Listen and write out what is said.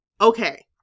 okay